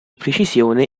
precisione